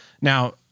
Now –